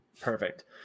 Perfect